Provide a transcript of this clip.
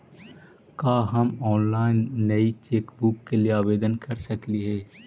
का हम ऑनलाइन नई चेकबुक के लिए आवेदन कर सकली हे